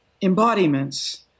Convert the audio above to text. embodiments